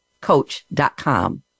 coach.com